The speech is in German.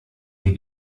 dir